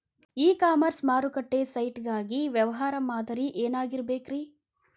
E commerce ಮಾರುಕಟ್ಟೆ site ಗಾಗಿ ವ್ಯವಹಾರ ಮಾದರಿ ಏನಾಗಿರಬೇಕ್ರಿ?